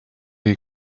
jej